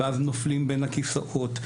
ואז נופלים בין הכיסאות.